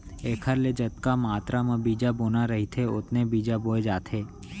एखर ले जतका मातरा म बीजा बोना रहिथे ओतने बीजा बोए जाथे